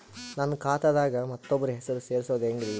ನನ್ನ ಖಾತಾ ದಾಗ ಮತ್ತೋಬ್ರ ಹೆಸರು ಸೆರಸದು ಹೆಂಗ್ರಿ?